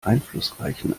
einflussreichen